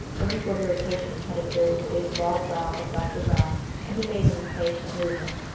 a wrinkle of irritation had appeared in the big bald brow of doctor brown and he made an impatient movement.